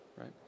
right